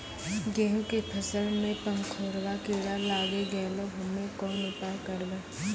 गेहूँ के फसल मे पंखोरवा कीड़ा लागी गैलै हम्मे कोन उपाय करबै?